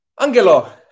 Angelo